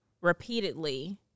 repeatedly